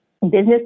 Business